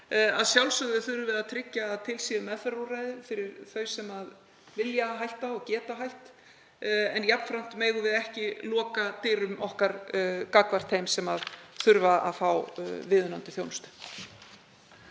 Að sjálfsögðu þurfum við að tryggja að til séu meðferðarúrræði fyrir þau sem vilja hætta og geta hætt, en um leið megum við ekki loka dyrum okkar gagnvart þeim sem þurfa að fá viðunandi þjónustu.